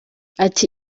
ati